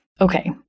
Okay